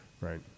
Right